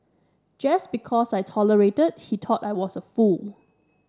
just because I tolerated he thought I was a fool